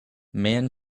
man